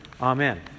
Amen